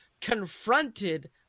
confronted